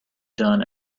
done